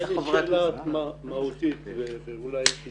הייתה לי שאלה מהותית ואולי תהיה לה תשובה.